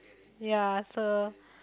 ya so